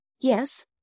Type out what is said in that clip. yes